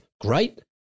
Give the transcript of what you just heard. great